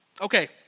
Okay